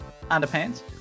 underpants